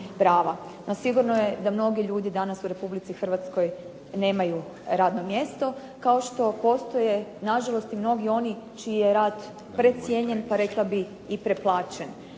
sigurno je da mnogi ljudi danas u Republici Hrvatskoj nemaju radno mjesto. Kao što postoje nažalost i mnogi oni čiji je rad precijenjen, rekla bih i preplaćen.